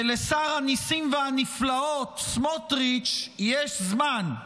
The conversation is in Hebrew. כי לשר הנסים והנפלאות סמוטריץ' יש זמן.